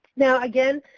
now again,